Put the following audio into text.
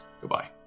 goodbye